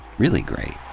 really great.